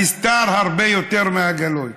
הנסתר הרבה יותר מהגלוי.